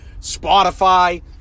Spotify